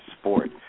sport